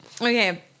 Okay